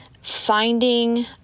finding